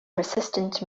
persistent